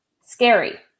scary